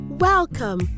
Welcome